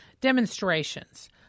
demonstrations